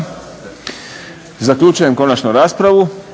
Zaključujem konačno raspravu.